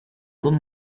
con